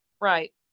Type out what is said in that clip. right